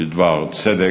בדבר צדק,